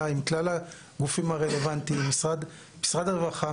עם כלל הגופים הרלוונטיים עם משרד הרווחה,